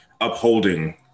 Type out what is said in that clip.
upholding